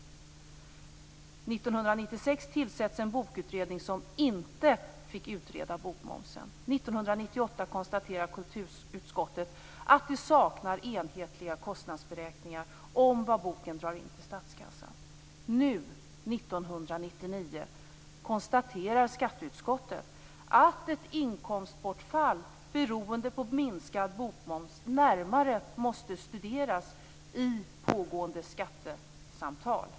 1996 tillsätts en bokutredning som inte fick utreda bokmomsen. 1998 konstaterar kulturutskottet att det saknar enhetliga kostnadsberäkningar om vad boken drar in till statskassan. Nu, 1999, konstaterar skatteutskottet att ett inkomstbortfall beroende på minskad bokmoms närmare måste studeras i pågående skattesamtal.